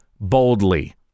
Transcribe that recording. boldly